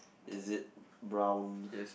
is it brown